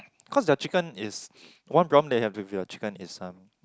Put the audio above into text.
cause their chicken is one drum they have be will chicken is some